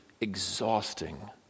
exhausting